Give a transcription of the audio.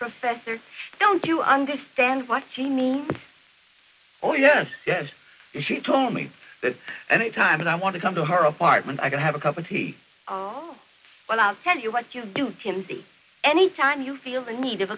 professor don't you understand what she needs oh yes yes she told me that any time i want to come to her apartment i can have a cup of tea oh well i'll tell you what you do jim see any time you feel the need of